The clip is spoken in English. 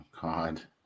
God